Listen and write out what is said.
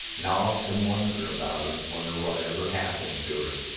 and often wonder about her. wonder what ever happened to her.